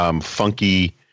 funky